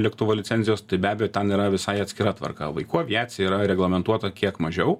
lėktuvo licenzijos tai be abejo ten yra visai atskira tvarka vaikų aviacija yra reglamentuota kiek mažiau